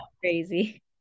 crazy